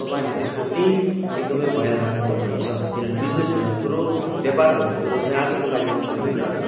तपाईँहरूले त्यसको पनि एकदमै खयाल राख्नुपर्ने हुन्छ किनभने बिजनेस भन्ने कुरो व्यापार भन्ने कुरा चाहिँ आजको लागि मात्र होइन